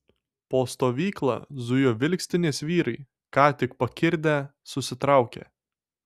po stovyklą zujo vilkstinės vyrai ką tik pakirdę susitraukę